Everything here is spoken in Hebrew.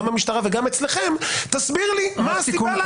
גם במשטרה וגם אצלכם תסביר לי מה הסיבה לניפוח הזה?